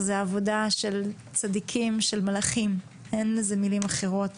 זו עבודה של צדיקים ומלאכים, אין מילים אחרות.